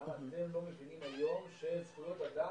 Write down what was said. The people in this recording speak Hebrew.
למה אתם לא מבינים היום שזכויות אדם